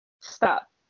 Stop